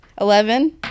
Eleven